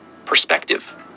Perspective